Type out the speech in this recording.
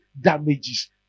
damages